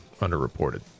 underreported